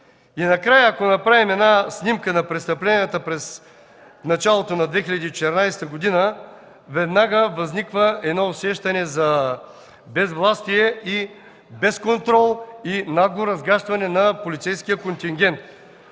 И накрая, ако направим една снимка на престъпленията през началото на 2014 г., веднага възниква едно усещане за безвластие, безконтрол и нагло разгащване на полицейския контингент.